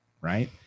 right